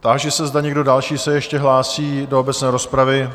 Táži se, zda někdo další se ještě hlásí do obecné rozpravy?